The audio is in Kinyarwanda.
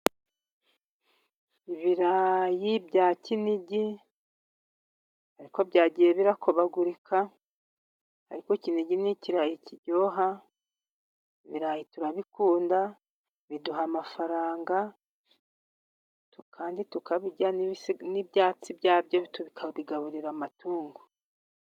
Ibirayi bya kinigi ariko byagiye birakobagurika, ariko kinigi ni kirayi kiryoha, ibirayi turabikunda biduha amafaranga kandi tukabirya n'ibyatsi byabyo bakabigaburira amatungo.